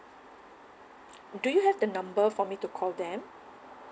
do you have the number for me to call them